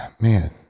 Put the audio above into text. man